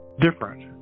different